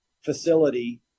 facility